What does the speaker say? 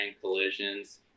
collisions